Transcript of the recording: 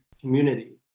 community